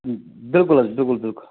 بِلکُل حظ بِلکُل بِلکُل